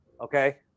Okay